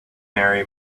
marry